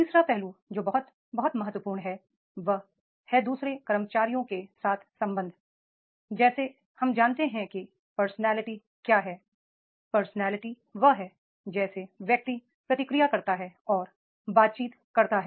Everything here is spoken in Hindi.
तीसरा पहलू जो बहुत बहुत महत्वपूर्ण है और वह है दू सरे कर्मचारियों के साथ संबंध जैसे हम जानते हैं कि पर्सनालिटी क्या है पर्सनालिटी वह है जैसे व्यक्ति प्रतिक्रिया करता है और बातचीत करता है